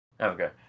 Okay